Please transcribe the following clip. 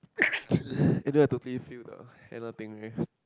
and then I totally feel the